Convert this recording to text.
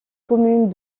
communes